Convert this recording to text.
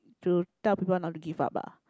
to tell people not to give up ah